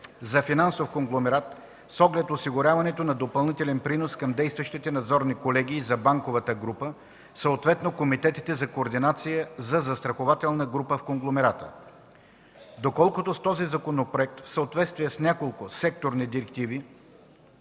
за финансов конгломерат с оглед осигуряването на допълнителен принос към действащите надзорни колегии за банковата група, съответно комитетите за координация за застрахователна група в конгломерата. Доколкото с този законопроект, в съответствие с няколко секторни директиви